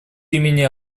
имени